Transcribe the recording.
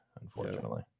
unfortunately